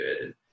good